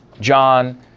John